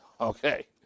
Okay